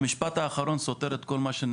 המשפט האחרון סותר את כל מה שנאמר.